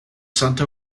santa